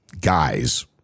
guys